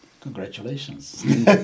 Congratulations